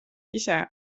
ise